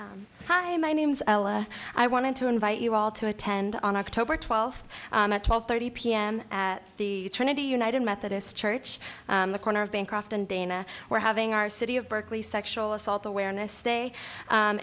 us hi my name's ella i want to invite you all to attend on october twelfth at twelve thirty p m at the trinity united methodist church in the corner of bancroft and dana we're having our city of berkeley sexual assault awareness day